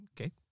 Okay